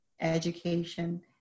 Education